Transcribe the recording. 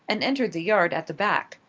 and entered the yard at the back.